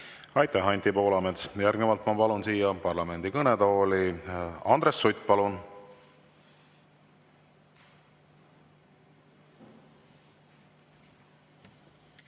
Aitäh, Anti Poolamets! Järgnevalt ma palun siia parlamendi kõnetooli Andres Suti.